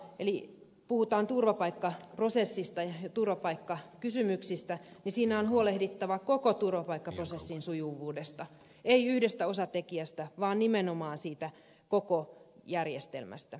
eli kun puhutaan turvapaikkaprosessista ja turvapaikkakysymyksistä niin siinä on huolehdittava koko turvapaikkaprosessin sujuvuudesta ei yhdestä osatekijästä vaan nimenomaan siitä koko järjestelmästä